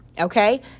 okay